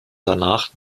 danach